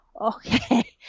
okay